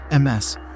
Ms